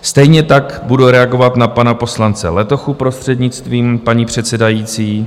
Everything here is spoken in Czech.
Stejně tak budu reagovat na pana poslance Letochu, prostřednictvím paní předsedající.